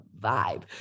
vibe